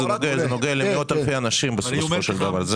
זה נוגע למאות אלפי אנשים בסופו של דבר.